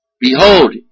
Behold